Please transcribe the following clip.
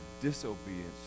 disobedience